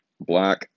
black